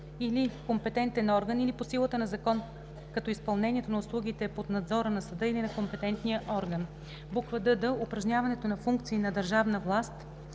или компетентен орган, или по силата на закон, като изпълнението на услугите е под надзора на съда или на компетентния орган; дд) упражняването на функции на държавна власт,